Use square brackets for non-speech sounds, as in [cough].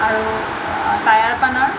আৰু টায়াৰ [unintelligible]